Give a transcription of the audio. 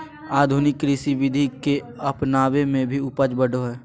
आधुनिक कृषि विधि के अपनाबे से भी उपज बढ़ो हइ